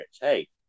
hey